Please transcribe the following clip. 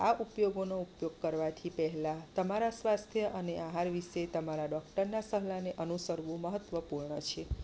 આ ઉપયોગોનો ઉપયોગ કરવાથી પહેલા તમારા સ્વાસ્થ્ય અને આહાર વિશે તમારા ડોક્ટરની સલાહને અનુસરવું મહત્વપૂર્ણ છે